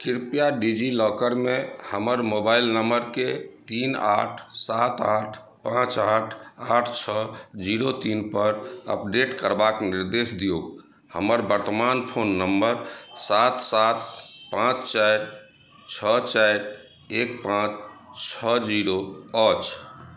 कृपया डिजिलॉकरमे हमर मोबाइल नंबरकेँ तीन आठ सात आठ पाँच आठ आठ छओ जीरो तीन पर अपडेट करबाक निर्देश दियौक हमर वर्तमान फोन नम्बर सात सात पाँच चारि छओ चारि एक पाँच छओ जीरो अछि